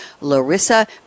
Larissa